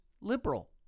liberal